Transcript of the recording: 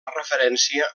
referència